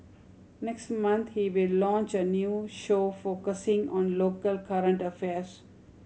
next month he will launch a new show focusing on local current affairs